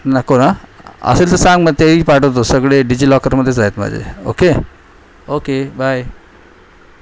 नको ना असेल तर सांग मग तेही पाठवतो सगळे डिजीलॉकरमध्येच आहेत माझे ओके ओके बाय